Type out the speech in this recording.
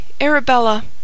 Arabella